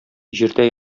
җирдә